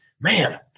man